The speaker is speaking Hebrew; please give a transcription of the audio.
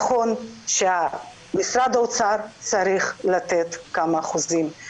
נכון שמשרד האוצר צריך לתת כמה אחוזים.